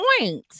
point